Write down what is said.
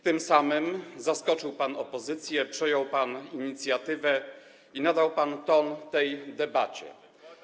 Tym samym zaskoczył pan opozycję, przejął pan inicjatywę i nadał pan ton tej debacie.